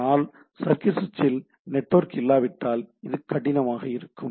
ஆனால் சர்க்யூட் ஸ்விட்ச் இல் நெட்வொர்க் இல்லாவிட்டால் இது கடினமாக இருக்கும்